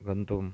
गन्तुं